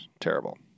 terrible